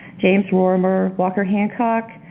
james rorimer, walker hancock,